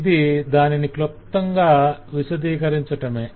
ఇది దానిని క్లుప్తంగా విసదీకరించటమే